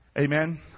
Amen